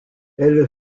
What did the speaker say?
elle